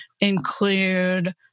include